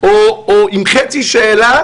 או עם חצי שאלה